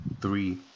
three